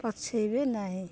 ପଛେଇବି ନାହିଁ